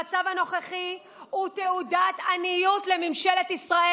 המצב הנוכחי הוא תעודת עניות לממשלת ישראל.